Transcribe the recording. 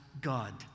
god